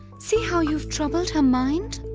see how you've troubled her mind!